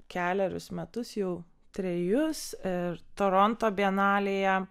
kelerius metus jau trejus ir toronto bienalėje